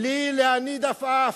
בלי להניד עפעף.